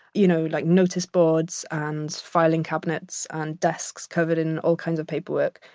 you know, like noticeboards, and filing cabinets, and desks covered in all kinds of paperwork.